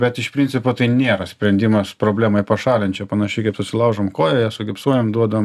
bet iš principo tai nėra sprendimas problemai pašalint čia panašiai kaip susilaužom koją ją sugipsuojam duodam